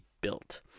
built